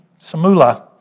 samula